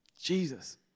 Jesus